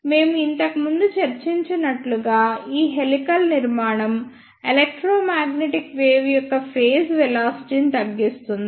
మేము ఇంతకుముందు చర్చించినట్లు గా ఈ హెలికల్ నిర్మాణం ఎలెక్ట్రోమాగ్నెటిక్ వేవ్ యొక్క ఫేజ్ వెలాసిటీ ని తగ్గిస్తుంది